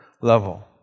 level